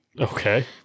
Okay